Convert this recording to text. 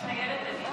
מתחייבת אני